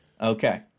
Okay